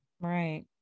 right